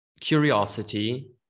curiosity